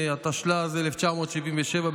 התשל"ז 1977,